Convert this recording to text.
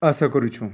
ଆଶା କରୁଛୁଁ